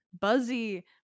Buzzy